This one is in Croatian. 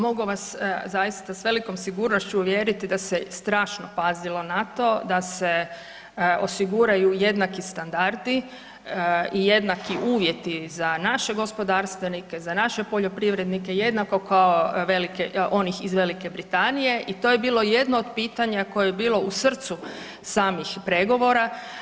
Mogu vas zaista s velikom sigurnošću uvjeriti da se strašno pazilo na to, da se osiguraju jednaki standardi i jednaki uvjeti za naše gospodarstvenike, za naše poljoprivrednike, jednako kao onih iz Velike Britanije i to je bilo jedno od pitanja koje je bilo u srcu samih pregovora.